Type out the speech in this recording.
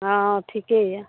हॅं हॅं ठीके यऽ